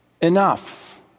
enough